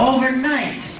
Overnight